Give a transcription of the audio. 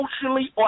emotionally